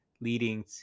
leading